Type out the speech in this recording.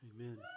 Amen